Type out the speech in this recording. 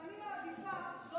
אז אני מעדיפה לא